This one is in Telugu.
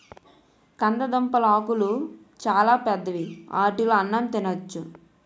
కందదుంపలాకులు చాలా పెద్దవి ఆటిలో అన్నం తినొచ్చు